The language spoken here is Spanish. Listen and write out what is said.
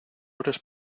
horas